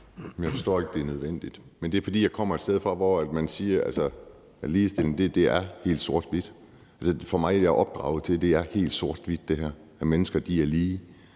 Jeg forstår ikke, at det er nødvendigt, men det er, fordi jeg kommer fra et sted, hvor man siger, at ligestilling er helt sort-hvidt. Altså, jeg er opdraget til, at det her er helt sort-hvidt, at mennesker er lige,